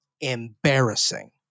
embarrassing